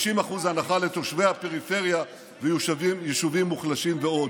50% הנחה לתושבי הפריפריה, יישובים מוחלשים ועוד.